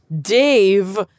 Dave